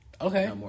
Okay